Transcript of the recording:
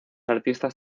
artistas